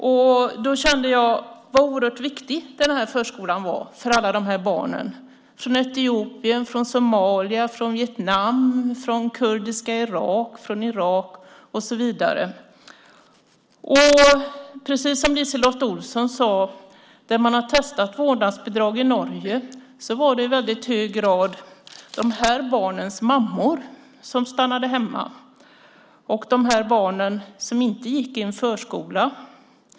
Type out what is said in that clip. Jag kände hur viktig förskolan är för alla dessa barn från Etiopien, Somalia, Vietnam, kurdiska Irak, Irak och så vidare. Precis som LiseLotte Olsson sade kan man se att där man har testat vårdnadsbidrag, i Norge, var det i hög grad just dessa barns mammor som stannade hemma. Det var just dessa barn som inte gick i förskola.